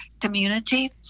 community